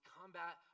combat